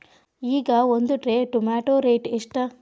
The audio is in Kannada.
ಈಗ ಒಂದ್ ಟ್ರೇ ಟೊಮ್ಯಾಟೋ ರೇಟ್ ಎಷ್ಟ?